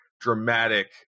dramatic